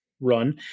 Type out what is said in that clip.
run